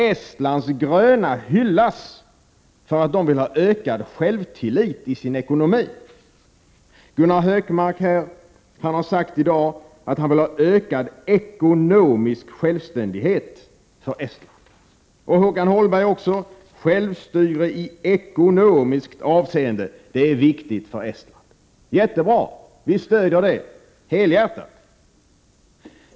Estlands gröna hyllas för att de vill ha ökad självtillit i sin ekonomi. Gunnar Hökmark har i dag sagt att han vill att Estland skall få ökad ekonomisk självständighet. Också Håkan Holmberg menar att självstyre i ekonomiskt avseende är viktigt för Estland. Jättebra! Vi stöder det helhjärtat.